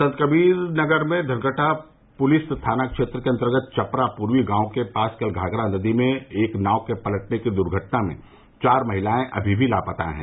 संतकबीरनगर में धनघटा पुलिस थाना क्षेत्र के अन्तर्गत चपरा पूर्वी गांव के पास कल घाघरा नदी में एक नाव के पलटने की दुर्घटना में चार महिलायें अभी भी लापता हैं